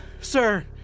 sir